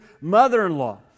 mother-in-law